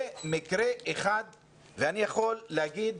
זה מקרה אחד ואני יכול להגיד,